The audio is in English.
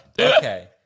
Okay